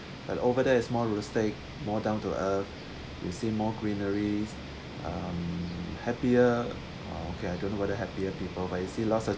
but over there is more realistic more down to earth you see more greenery um happier ah okay I don't know whether happier people but it see lots of